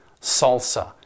salsa